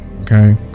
okay